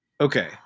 Okay